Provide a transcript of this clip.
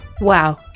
Wow